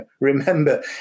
Remember